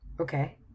Okay